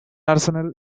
arsenal